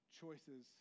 choices